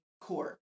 court